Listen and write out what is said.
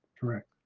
correct.